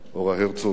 אורה הרצוג,